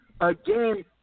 again